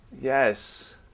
Yes